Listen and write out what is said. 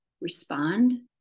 respond